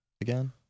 again